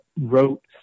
wrote